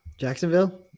Jacksonville